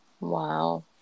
wow